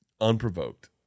unprovoked